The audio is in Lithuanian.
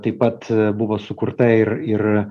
taip pat buvo sukurta ir ir